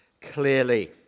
clearly